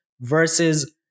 versus